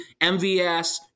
MVS